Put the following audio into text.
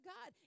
God